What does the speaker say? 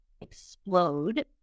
explode